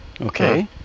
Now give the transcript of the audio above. Okay